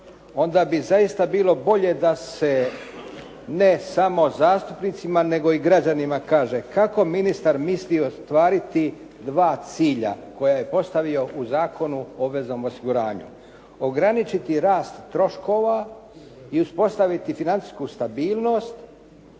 onda bi zaista bilo bolje da se ne samo zastupnicima, nego i građanima kaže kako ministar misli ostvariti dva cilja koja je postavio u Zakonu o obveznom osiguranju. Ograničiti rast troškova i uspostaviti financijsku stabilnost,